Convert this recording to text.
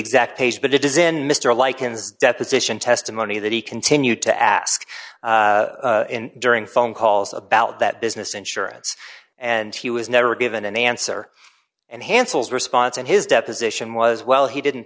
exact page but it is in mr lichens deposition testimony that he continued to ask him during phone calls about that business insurance and he was never given an answer and hansel response and his deposition was well he didn't